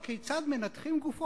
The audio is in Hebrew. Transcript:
תערוכת "עולמות הגוף"